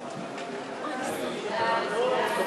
ליברמן, בעד